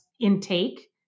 intake